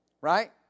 Right